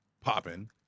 popping